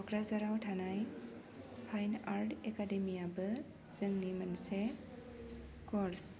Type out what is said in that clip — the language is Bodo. क'क्राझाराव थानाय फाइन आर्ट एकादेमियाबो जोंनि मोनसे कर्स